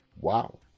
Wow